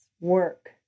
work